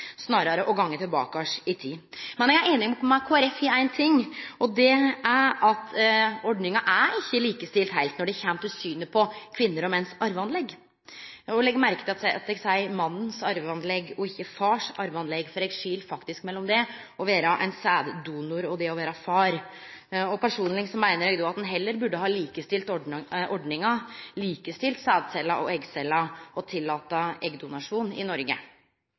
snarare å gå tilbake i tid. Men eg er einig med Kristeleg Folkeparti i ein ting, og det er at ordninga er ikkje heilt likestilt når det kjem til synet på kvinners og menns arveanlegg – legg merke til at eg seier mannens arveanlegg og ikkje farens arveanlegg. Eg skil faktisk mellom det å vere sæddonor og det å vere far. Personleg meiner eg at ein heller burde ha likestilt ordninga – likestilt sædceller og eggceller, og tillate eggdonasjon i Noreg.